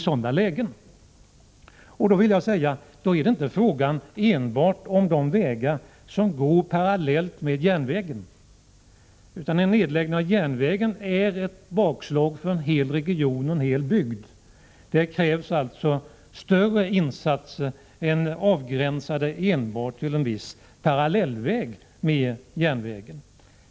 Då är det inte enbart fråga om de vägar som går parallellt med järnvägen. En nedläggning av järnvägen är ett bakslag för en hel region. Det krävs alltså större insatser än insatser begränsade till en viss väg, som går parallellt med järnvägen.